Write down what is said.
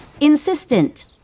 insistent